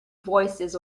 voices